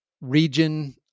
region